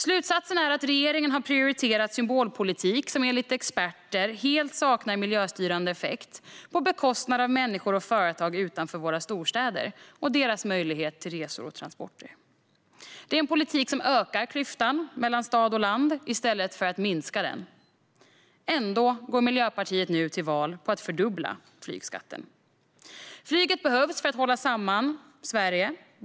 Slutsatsen är att regeringen har prioriterat symbolpolitik, som enligt experter helt saknar miljöstyrande effekt, på bekostnad av människor och företag utanför våra storstäder och deras möjligheter till resor och transporter. Det är en politik som ökar klyftan mellan stad och land i stället för att minska den. Ändå går Miljöpartiet nu till val på att fördubbla flygskatten. Flyget behövs för att hålla samman Sverige.